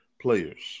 players